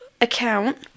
account